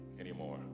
anymore